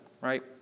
right